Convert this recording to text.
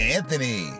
Anthony